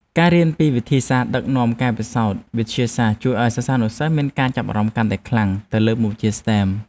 ការរៀនពីវិធីសាស្ត្រដឹកនាំការពិសោធន៍វិទ្យាសាស្ត្រជួយឱ្យសិស្សានុសិស្សមានការចាប់អារម្មណ៍កាន់តែខ្លាំងទៅលើមុខវិជ្ជាស្ទែម។